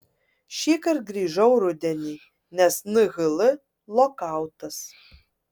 šįkart grįžau rudenį nes nhl lokautas